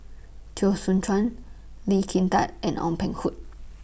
Teo Soon Chuan Lee Kin Tat and Ong Peng Hock